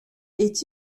est